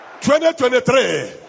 2023